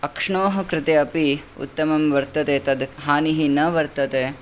अक्ष्णोः कृते अपि उत्तमं वर्तते तद् हानिः न वर्तते